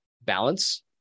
balance